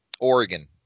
Oregon